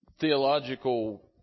theological